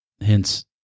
Hence